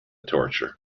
torture